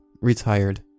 retired